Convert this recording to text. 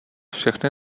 všechny